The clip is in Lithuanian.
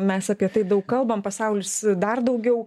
mes apie tai daug kalbam pasaulis dar daugiau